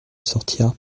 sortir